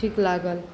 ठीक लागल